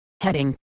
heading